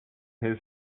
his